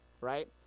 right